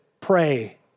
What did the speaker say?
pray